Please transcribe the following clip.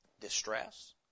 distress